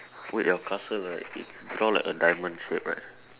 wait your castle right it's drawn like a diamond shape right